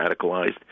radicalized